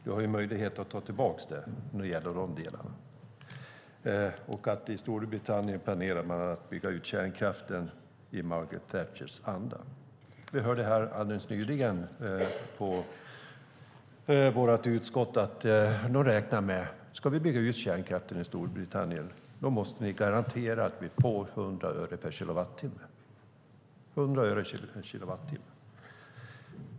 Du har möjlighet att ta tillbaka det, när det gäller de delarna. I Storbritannien planerar man att bygga ut kärnkraften i Margaret Thatchers anda. Vi hördes alldeles nyligen i vårt utskott att man menar: Ska vi bygga ut kärnkraften i Storbritannien måste ni garantera att vi får 100 öre per kilowattimme.